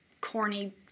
corny